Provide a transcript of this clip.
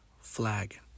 flag